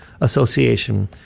association